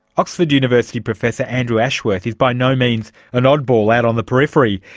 oxford university professor andrew ashworth is by no means an oddball out on the periphery.